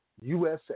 USA